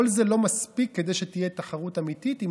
כל זה לא מספיק כדי שתהיה תחרות אמיתית אם